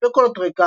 מספק קולות רקע